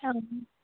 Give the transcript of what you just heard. অঁ